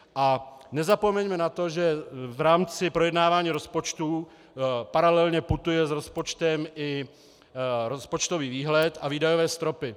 A nezapomeňme na to, že v rámci projednávání rozpočtu paralelně putuje s rozpočtem i rozpočtový výhled a výdajové stropy.